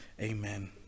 amen